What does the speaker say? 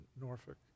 Norfolk